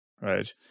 right